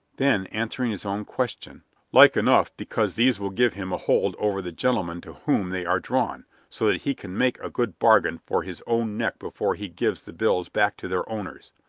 then, answering his own question like enough because these will give him a hold over the gentlemen to whom they are drawn so that he can make a good bargain for his own neck before he gives the bills back to their owners.